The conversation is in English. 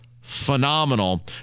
phenomenal